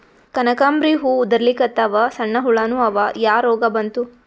ಕನಕಾಂಬ್ರಿ ಹೂ ಉದ್ರಲಿಕತ್ತಾವ, ಸಣ್ಣ ಹುಳಾನೂ ಅವಾ, ಯಾ ರೋಗಾ ಬಂತು?